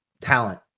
talent